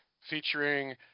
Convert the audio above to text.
featuring